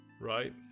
right